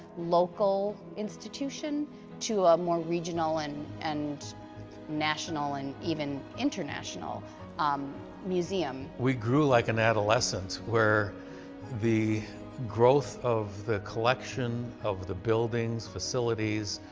local institution to a more regional and and national and even international um museum. we grew like an adolescent, where the growth of the collection of the buildings, facilities,